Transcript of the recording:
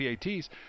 PATs